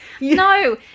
No